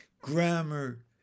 Grammar